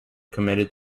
committed